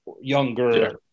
younger